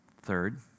Third